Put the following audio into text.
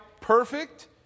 perfect